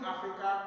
Africa